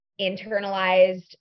internalized